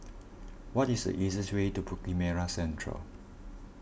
what is the easiest way to Bukit Merah Central